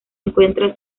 encuentra